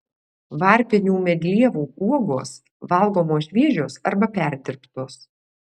varpinių medlievų uogos valgomos šviežios arba perdirbtos